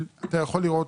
אתה יכול לראות,